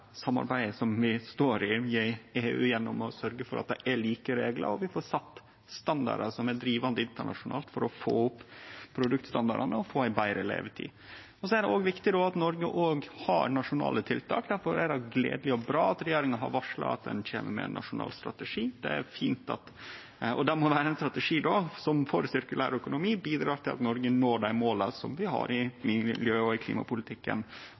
samarbeidet vi står i, i EU, gjennom å sørgje for at det er like reglar, og at vi får sett standardar som er drivande internasjonalt for å få opp produktstandardane og gje ei betre levetid. Det er òg viktig at Noreg har nasjonale tiltak, difor er det gledeleg og bra at regjeringa har varsla at ein kjem med ein nasjonal strategi. Det må vere ein strategi for sirkulær økonomi som bidrar til at Noreg når dei måla vi har i miljø- og klimapolitikken, og som tek vare på og styrkjer norsk konkurransekraft. I